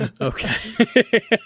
Okay